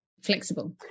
flexible